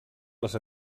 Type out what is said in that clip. les